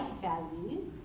value